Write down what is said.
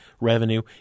revenue